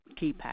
keypad